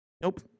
Nope